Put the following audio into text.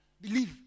Believe